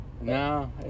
No